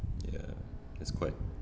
ya that's quite